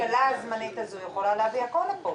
הממשלה הזמנית הזו יכולה להביא הכול לפה?